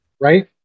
Right